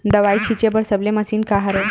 दवाई छिंचे बर सबले मशीन का हरे?